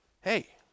hey